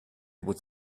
would